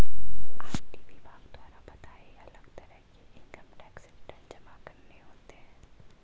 IT विभाग द्वारा बताए, अलग तरह के इन्कम टैक्स रिटर्न जमा करने होते है